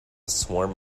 swarm